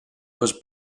was